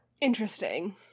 interesting